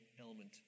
element